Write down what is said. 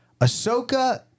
Ahsoka